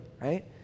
right